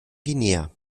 guinea